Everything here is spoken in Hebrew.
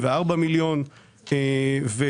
רבותיי,